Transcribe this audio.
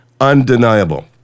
undeniable